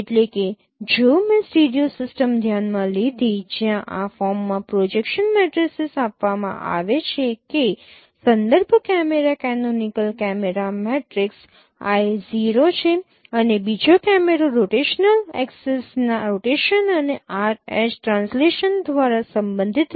એટલે કે જો મેં સ્ટીરિયો સિસ્ટમ ધ્યાનમાં લીધી જ્યાં આ ફોર્મમાં પ્રોજેક્શન મેટ્રિસીસ આપવામાં આવે છે કે સંદર્ભ camera canonical camera matrix I 0 છે અને બીજો કેમેરો રોટેશનલ ઍક્સિસના રોટેશન અને R h ટ્રાન્સલેશન દ્વારા સંબંધિત છે